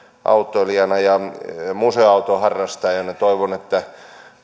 autoilijana ja museoautoharrastajana toivon että